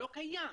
לא קיים,